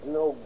no